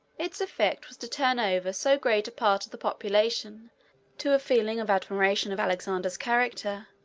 its effect was to turn over so great a part of the population to a feeling of admiration of alexander's character,